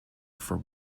for